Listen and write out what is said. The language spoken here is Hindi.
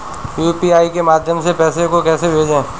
यू.पी.आई के माध्यम से पैसे को कैसे भेजें?